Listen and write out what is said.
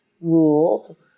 rules